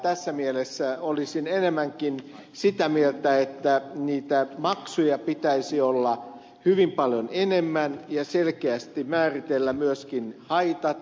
tässä mielessä olisin enemmänkin sitä mieltä että niitä maksuja pitäisi olla hyvin paljon enemmän ja selkeästi määritellä myöskin haitat